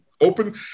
open